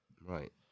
Right